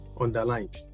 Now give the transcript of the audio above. underlined